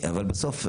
אבל בסוף,